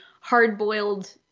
hard-boiled